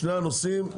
שני הנושאים,